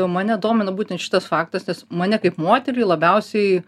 mane domina būtent šitas faktas nes mane kaip moterį labiausiai